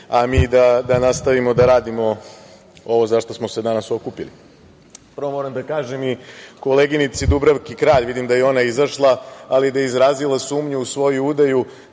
a mi da nastavimo da radimo ovo zašta smo se danas okupili. Prvo moram da kažem, i koleginici Dubravki Kralj, vidim da je i ona izašla, ali da je izrazila sumnju u svoju udaju,